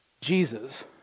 Jesus